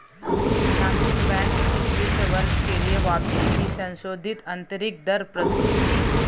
नामचीन बैंक ने इस वित्त वर्ष के लिए वापसी की संशोधित आंतरिक दर प्रस्तुत की